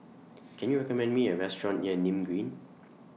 Can YOU recommend Me A Restaurant near Nim Green